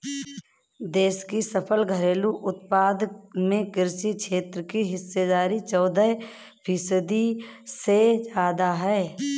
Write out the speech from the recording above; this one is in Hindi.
देश की सकल घरेलू उत्पाद में कृषि क्षेत्र की हिस्सेदारी चौदह फीसदी से ज्यादा है